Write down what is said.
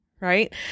right